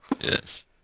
Yes